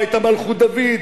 פה היתה מלכות דוד,